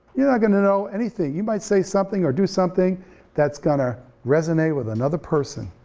yeah gonna know anything, you might say something or do something that's gonna resonate with another person,